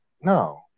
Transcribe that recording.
no